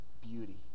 beauty